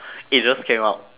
it just came out